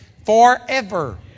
Forever